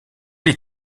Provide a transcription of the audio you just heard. les